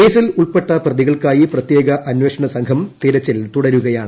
കേസിൽ ഉൾപ്പെട്ട പ്രതികൾക്കായി പ്രത്യേക്ട് അന്വേഷണ സംഘം തിരച്ചിൽ തുടരുകയാണ്